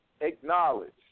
acknowledge